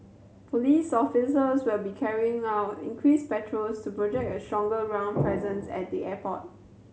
police officers will be carrying out increased patrols to project a stronger ground presence at the airport